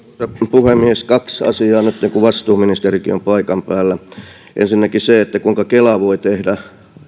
puhemies kaksi asiaa nytten kun vastuuministerikin on paikan päällä ensinnäkin se että kuinka kela voi tehdä